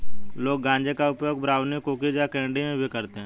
लोग गांजे का उपयोग ब्राउनी, कुकीज़ या कैंडी में भी करते है